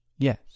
Yes